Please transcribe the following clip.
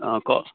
অঁ ক